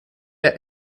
der